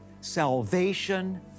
salvation